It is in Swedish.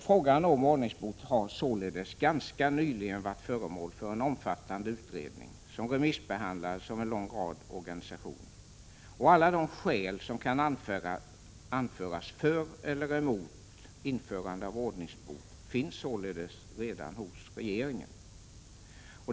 Frågan om ordningsbot har således ganska nyligen varit föremål för en omfattande utredning, vars betänkande remissbehandlades av en lång rad organisationer. Alla de skäl som kan anföras för eller emot införande av ordningsbot finns således redan hos regeringen.